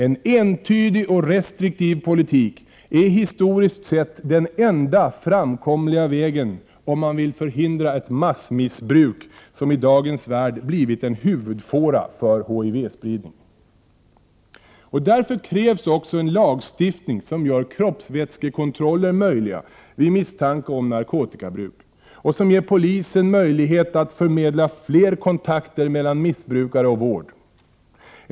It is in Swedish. En entydig och restriktiv politik är historiskt sett den enda framkomliga vägen om man vill förhindra ett massmissbruk som i dagens värld blivit en huvudfåra för HIV-spridning. Därför krävs också en lagstiftning som gör kroppsvätskekontroller möjliga vid misstanke om narkotikabruk och som ger polisen möjlighet att förmedla 35 fler kontakter mellan missbrukare och vård.